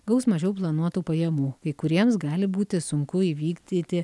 gaus mažiau planuotų pajamų kai kuriems gali būti sunku įvykdyti